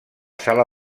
sala